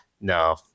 no